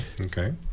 Okay